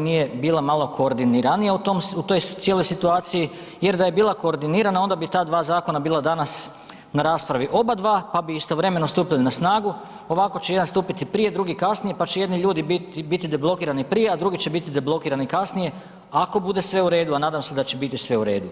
nije bila malo koordiniranija u toj cijeloj situaciji jer da je bila koordinirana, onda bi ta dva zakona bila danas na raspravi oba dva, pa bi istovremeno stupili na snagu, ovako će jedan stupiti prije, drugi kasnije, pa će jedni ljudi biti deblokirani prije, a drugi će biti deblokirani kasnije, ako bude sve u redu, a nadam se da će biti sve u redu.